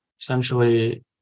essentially